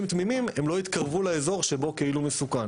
תמימים לא יתקרבו לאזור שהוא כאילו מסוכן.